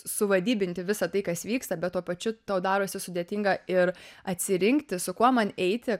suvadybinti visą tai kas vyksta bet tuo pačiu tau darosi sudėtinga ir atsirinkti su kuo man eiti